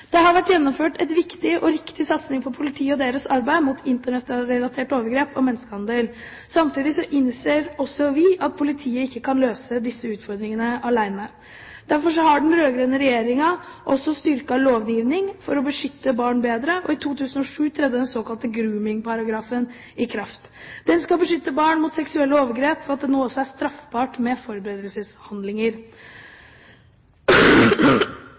Det har vært gjennomført en viktig og riktig satsing på politiet og deres arbeid mot internettrelaterte overgrep og menneskehandel. Samtidig innser også vi at politiet ikke kan løse disse utfordringene alene. Derfor har den rød-grønne regjeringen også styrket lovgivningen for å beskytte barn bedre, og i 2007 trådte den såkalte grooming-paragrafen i kraft. Den skal beskytte barn mot seksuelle overgrep ved at det nå også er straffbart med forberedelseshandlinger.